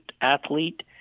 athlete